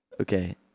okay